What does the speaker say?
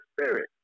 spirit